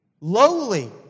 lowly